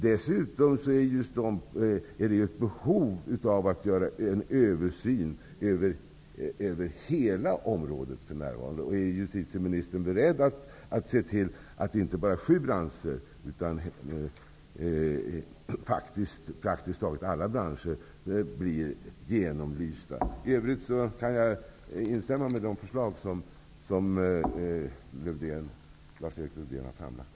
Dessutom finns det ett behov av att göra en översyn över hela området för närvarande. Är justitieministern beredd att se till att inte bara sju branscher utan praktiskt alla branscher blir genomlysta? I övrigt kan jag instämma i de förslag som Lars-Erik Lövdén har framlagt.